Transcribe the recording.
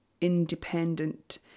independent